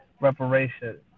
reparations